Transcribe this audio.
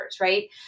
right